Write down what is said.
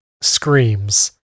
screams